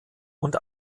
und